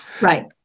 Right